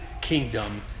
kingdom